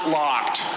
locked